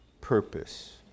purpose